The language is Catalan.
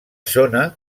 zona